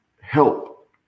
help